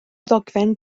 ddogfen